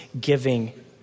giving